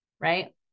right